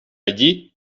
allí